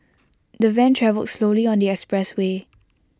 the van travelled slowly on the expressway